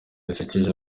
zisekeje